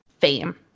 fame